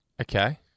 Okay